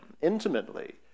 intimately